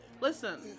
Listen